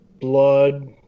Blood